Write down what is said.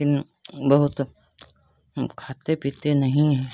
लेकिन बहुत खाते पीते नहीं हैं